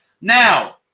Now